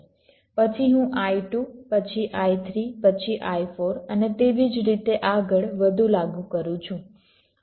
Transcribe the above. પછી હું I2 પછી I3 પછી I4 અને તેવી જ રીતે આગળ વધુ લાગુ કરું છું